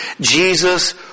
Jesus